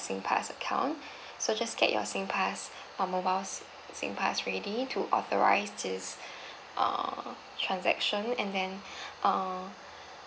singpass account so just get your singpass uh mobiles singpass ready to authorise this err transaction and then err